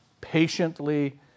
patiently